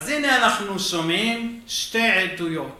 אז הנה אנחנו שומעים שתי עדויות